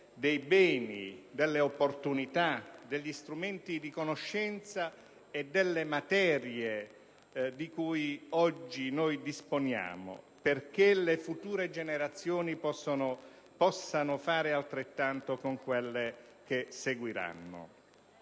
dei beni, delle opportunità, degli strumenti di conoscenza e delle materie di cui oggi disponiamo, perché le future generazioni possano fare altrettanto con quelle che seguiranno.